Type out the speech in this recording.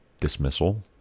dismissal